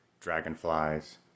dragonflies